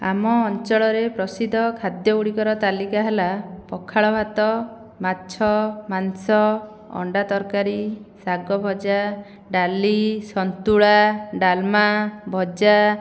ଆମ ଅଞ୍ଚଳରେ ପ୍ରସିଦ୍ଧ ଖାଦ୍ୟଗୁଡ଼ିକର ତାଲିକା ହେଲା ପଖାଳ ଭାତ ମାଛ ମାଂସ ଅଣ୍ଡା ତରକାରୀ ଶାଗଭଜା ଡାଲି ସନ୍ତୁଳା ଡାଲମା ଭଜା